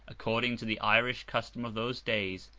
according to the irish custom of those days,